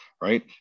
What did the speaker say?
right